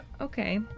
okay